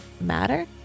matter